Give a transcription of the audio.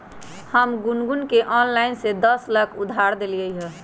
हम गुनगुण के ऑनलाइन से दस लाख उधार देलिअई ह